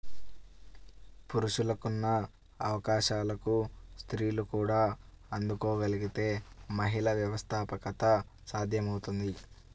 పురుషులకున్న అవకాశాలకు స్త్రీలు కూడా అందుకోగలగితే మహిళా వ్యవస్థాపకత సాధ్యమవుతుంది